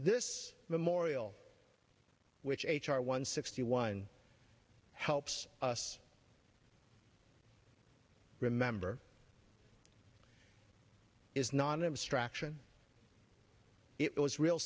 this memorial which h r one sixty one helps us remember is not an obstruction it was real